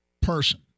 person